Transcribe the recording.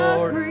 Lord